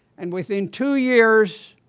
and within two years,